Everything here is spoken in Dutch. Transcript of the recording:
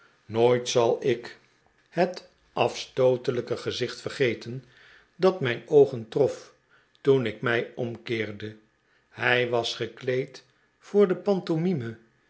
nooit zal ik het afde zieke clown stootelijke gezicht vergeten dat mijn oogen trof toen ik mij omkeerde hij was gekleed voor de